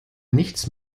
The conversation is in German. nichts